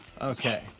Okay